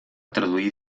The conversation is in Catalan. traduir